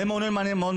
זה מאוד מעניין.